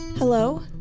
Hello